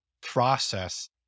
process